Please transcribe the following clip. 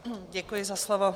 Děkuji za slovo.